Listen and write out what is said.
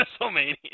WrestleMania